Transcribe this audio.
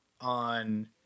on